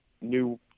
new